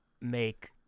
make